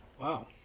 wow